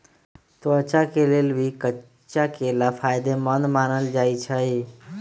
त्वचा के लेल भी कच्चा केला फायेदेमंद मानल जाई छई